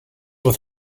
with